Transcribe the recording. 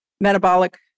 metabolic